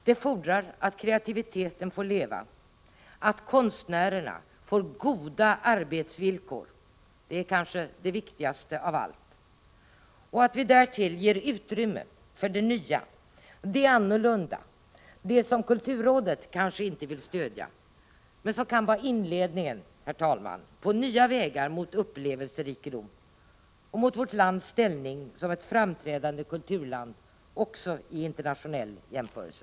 Det fordrar att kreativiteten får leva, att konstnärerna får goda arbetsvillkor — det är kanske det viktigaste av allt — och att vi därtill ger utrymme för det nya, det annorlunda, det som kanske inte kulturrådet vill stödja men som, herr talman, kan vara inledningen till nya vägar mot upplevelserikedom och mot vårt lands ställning som ett framträdande kulturland också i internationell jämförelse.